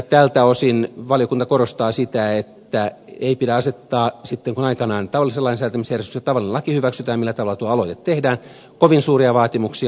tältä osin valiokunta korostaa sitä että ei pidä asettaa sitten kun aikanaan tavallisella lainsäätämisjärjestyksellä tavallinen laki hyväksytään sille millä tavalla tuo aloite tehdään kovin suuria vaatimuksia